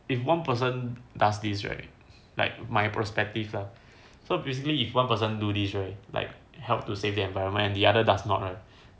if one person does this right like my perspective lah so basically if one person do this right like helped to save the environment and the other does not